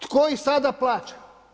Tko ih sada plaća?